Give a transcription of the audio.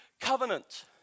covenant